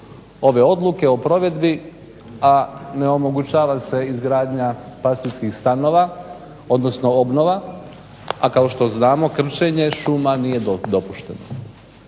ove odluke o provedbi, a ne omogućava se izgradnja pastirskih stanova odnosno obnova, a kao što znamo krčenje šuma nije dopušteno.